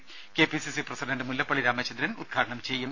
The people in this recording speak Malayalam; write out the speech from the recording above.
രാവിലെ K P CC president Mullappally Ramachandran ഉദ്ഘാടനം ചെയ്യും